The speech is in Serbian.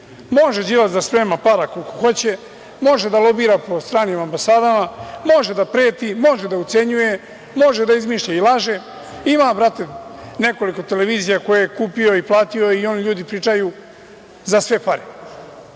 Može Đilas da sprema para koliko hoće, može da lobira po stranim ambasadama, može da preti, može da ucenjuje, može da izmišlja i laže, ima, brate, nekoliko televizija koje je kupio i platio i oni ljudi pričaju za sve pare.